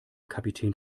kapitän